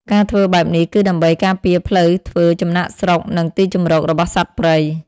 ការធ្វើបែបនេះ គឺដើម្បីការពារផ្លូវធ្វើចំណាកស្រុក និងទីជម្រករបស់សត្វព្រៃ។